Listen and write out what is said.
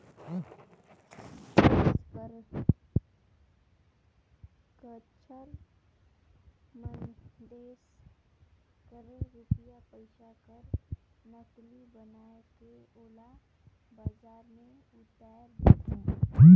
देस कर गद्दार मन देस कर रूपिया पइसा कर नकली बनाए के ओला बजार में उताएर देथे